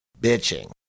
bitching